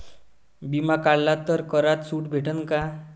बिमा काढला तर करात सूट भेटन काय?